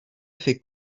fait